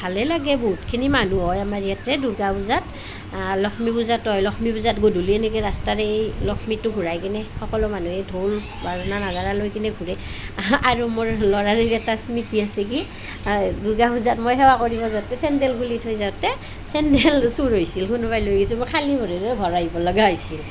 ভালেই লাগে বহুতখিনি মানুহ হয় আমাৰ ইয়াতে দুৰ্গা পূজাত লক্ষ্মী পূজাত হয় লক্ষ্মী পূজাত গধূলি এনেকৈ ৰাস্তাৰেই লক্ষ্মীটো ঘূৰাই লৈ সকলো মানুহে ঢোল বাজনা নাগাৰা লৈ কিনে ঘূৰে আৰু মোৰ ল'ৰালিৰ এটা স্মৃতি আছে কি দূৰ্গা পূজাত মই সেৱা কৰিব যাওঁতে চেণ্ডেল খুলি থৈ যাওঁতে চেণ্ডেল চুৰ হৈছিল কোনোবাই লৈ গৈছিল মই খালী ভৰিৰে ঘৰ আহিব লগা হৈছিল